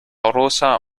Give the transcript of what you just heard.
rosa